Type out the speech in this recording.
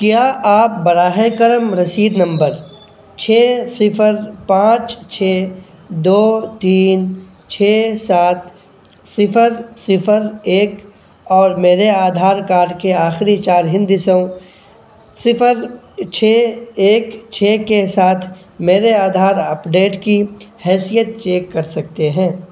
کیا آپ براہ کرم رسید نمبر چھ صفر پانچ چھ دو تین چھ سات صفر صفر ایک اور میرے آدھار کارڈ کے آخری چار ہندسوں صفر چھ ایک چھ کے ساتھ میرے آدھار اپڈیٹ کی حیثیت چیک کر سکتے ہیں